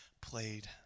played